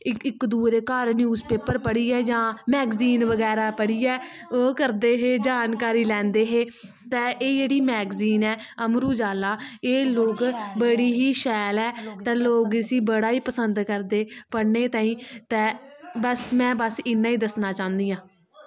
इक दुए दे घर न्यूज़ पेपर पढ़ियै जां मैग्जीन बगैरा पढ़ियै एह् करदे हे जानकारी लैंदे हे ते जेह्ड़ी मैगज़ीन ऐ अमर उज़ाला एह् लोग बड़ी ही शैल ऐ ते लोग इसी बड़ा ही पसंद करदे पढ़ने तांई ते बस में इन्ना गै दस्सनां चाह्नां आं